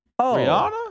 Rihanna